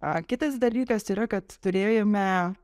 a kitas dalykas yra kad turėjome